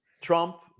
Trump